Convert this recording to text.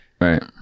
Right